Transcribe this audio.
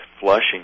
flushing